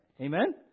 Amen